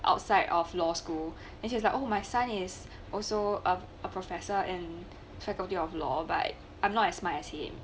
outside of law school and hes like oh my son is also a a professor and faculty of law but I'm not as smart as him